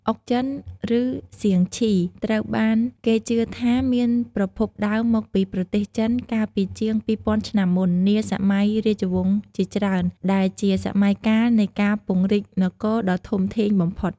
អុកចិន ឬ សៀងឈី ត្រូវបានគេជឿថាមានប្រភពដើមមកពីប្រទេសចិនកាលពីជាង ២០០០ ឆ្នាំមុន នាសម័យរាជវង្សជាច្រើន ដែលជាសម័យកាលនៃការពង្រីកនគរដ៏ធំធេងបំផុត។